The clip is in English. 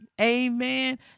Amen